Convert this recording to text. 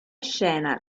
scena